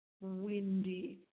windy